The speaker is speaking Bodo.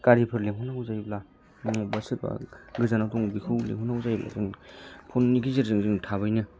गारिफोर लेंहरनांगौ जायोब्ला बा सोरबा गोजानाव दं बेखौ लेंहरनांगौ जायोब्लाथाय फन नि गेजेरजों जों थाबैनो